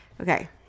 Okay